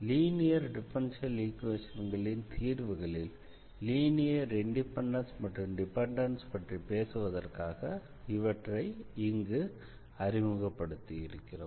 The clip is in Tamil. லீனியர் டிஃபரன்ஷியல் ஈக்வேஷன்களின் தீர்வுகளில் லீனியர் இண்டிபெண்டன்ஸ் அல்லது டிபெண்டன்ஸ் பற்றி பேசுவதற்காக இவற்றை இங்கு அறிமுகப்படுத்தியிருக்கிறோம்